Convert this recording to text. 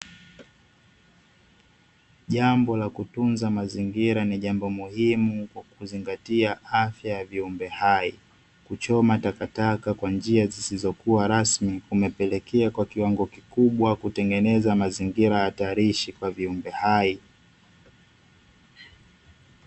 Jambo la kutunza mazingira ni jambo muhimu kwa kuzingatia afya ya viumbe hai, kuchoma takataka kwa njia zisizokuwa rasmi kumepelekea kwa kiwango kikubwa mazingira kuwa kwa viumbe hai.